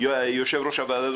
יושב-ראש הוועדה,